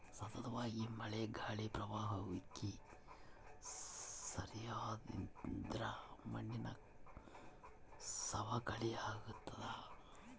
ಸತತವಾಗಿ ಮಳೆ ಗಾಳಿ ಪ್ರವಾಹ ಉಕ್ಕಿ ಹರಿಯೋದ್ರಿಂದ ಮಣ್ಣಿನ ಸವಕಳಿ ಆಗ್ತಾದ